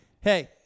Hey